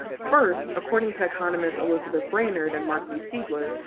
first, according to economists elizabeth brainerd and mark v. siegler,